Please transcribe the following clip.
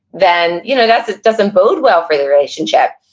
then you know, that doesn't bode well for the relationship.